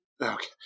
okay